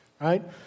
right